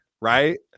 right